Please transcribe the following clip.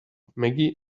maggie